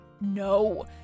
No